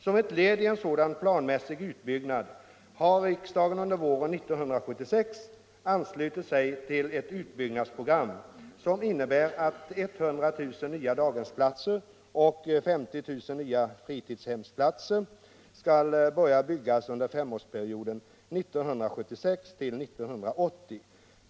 Som ett led i en sådan planmässig utbyggnad har riksdagen under våren 1976 anslutit sig till ett utbyggnadsprogram som innebär att 100 000 nya daghemsplatser och 50 000 nva fritidshemsplatser skall börja byggas under femårsperioden 1976-1980.